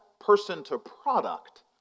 person-to-product